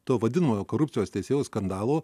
to vadinamojo korupcijos teisėjų skandalo